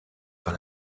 par